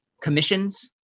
commissions